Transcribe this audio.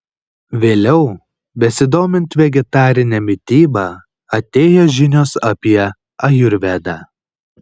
vėliau besidomint vegetarine mityba atėjo žinios apie ajurvedą